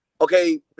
okay